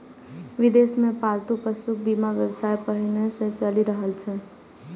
विदेश मे पालतू पशुक बीमा व्यवसाय पहिनहि सं चलि रहल छै